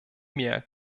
mehr